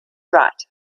right